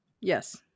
Yes